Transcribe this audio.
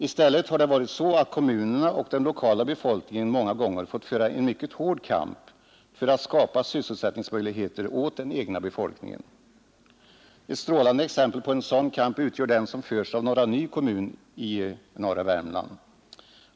I stället har det varit så att kommunerna och den lokala befolkningen många gånger har fått föra en mycket hård kamp för att skapa sysselsättningsmöjligheter åt den egna befolkningen. Ett strålande exempel på en sådan kamp utgör den som förts av Norra Ny kommun i Värmland.